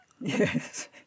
Yes